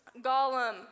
Gollum